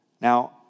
Now